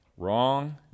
Wrong